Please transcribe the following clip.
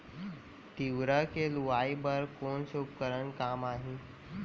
तिंवरा के लुआई बर कोन से उपकरण काम आही?